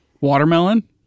Watermelon